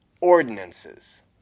ordinances